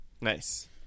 Nice